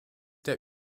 der